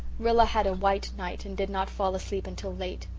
rilla had a white night and did not fall asleep until late.